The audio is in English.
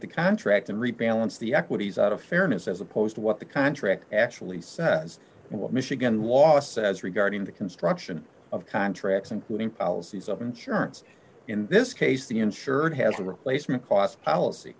the contract and rebalance the equities out of fairness as opposed to what the contract actually said and what michigan law says regarding the construction of contracts including policies of insurance in this case the insured has a replacement cost policy